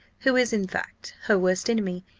who is, in fact, her worst enemy,